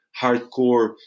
hardcore